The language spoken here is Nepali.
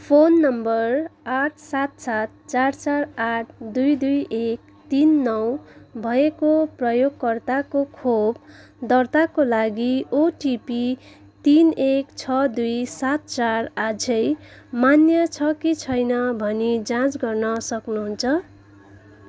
फोन नम्बर आठ सात सात चार चार आठ दुई दुई एक तिन नौ भएको प्रयोगकर्ताको खोप दर्ताको लागि ओटिपी तिन एक छ दुई सात चार अझै मान्य छ कि छैन भनी जाँच गर्न सक्नुहुन्छ